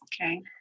Okay